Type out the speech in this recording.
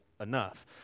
enough